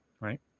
right